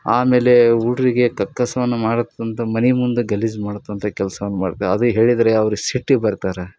ಆಮೇಲೆ ಹುಡ್ರಿಗೆ ಕಕ್ಕಸವನ್ನು ಮಾಡ್ತಕ್ಕಂಥ ಮನೆ ಮುಂದೆ ಗಲೀಜು ಮಾಡ್ತಕ್ಕಂಥ ಕೆಲ್ಸವನ್ನು ಮಾಡ್ತ ಅದೇ ಹೇಳಿದರೆ ಅವ್ರು ಸಿಟ್ಟಿಗೆ ಬರ್ತಾರೆ